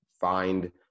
find